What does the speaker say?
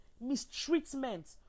mistreatment